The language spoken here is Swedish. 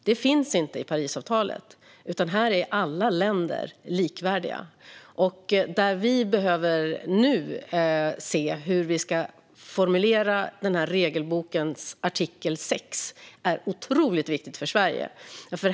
Detta finns inte i Parisavtalet, utan här är alla länder likvärdiga. Vi behöver nu se hur vi ska formulera regelbokens artikel 6. Det är otroligt viktigt för Sverige.